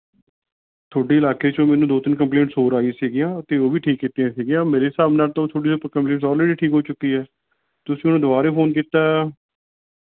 ਤੁਹਾਡੇ ਇਲਾਕੇ ਚੋਂ ਮੈਨੂੰ ਦੋ ਤਿੰਨ ਕੰਪਲੇਂਟਸ ਹੋਰ ਆਈ ਸੀ ਅਤੇ ਉਹ ਵੀ ਠੀਕ ਕੀਤੀਆਂ ਸੀ ਮੇਰੇ ਹਿਸਾਬ ਨਾਲ਼ ਤਾਂ ਤੁਹਾਡੇ ਉੱਥੇ ਕੰਪਲੇਂਟਸ ਔਲਰੇਡੀ ਠੀਕ ਹੋ ਚੁੱਕੀ ਹੈ ਤੁਸੀਂ ਹੁਣ ਦੁਬਾਰੇ ਫੋਨ ਕੀਤਾ